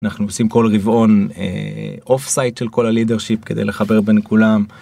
אנחנו עושים כל רבעון אוף סייט של כל הלידר שיפ כדי לחבר בין כולם.